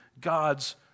God's